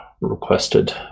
requested